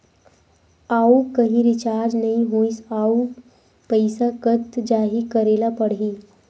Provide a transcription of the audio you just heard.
आऊ कहीं रिचार्ज नई होइस आऊ पईसा कत जहीं का करेला पढाही?